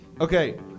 Okay